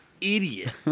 idiot